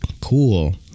cool